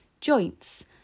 Joints